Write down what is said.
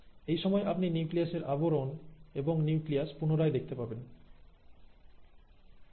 এই সময় আপনি নিউক্লিয়াসের আবরণ এবং নিউক্লিয়াস পুনরায় দেখতে পাবেন